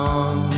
on